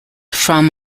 from